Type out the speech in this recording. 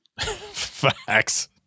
Facts